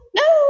no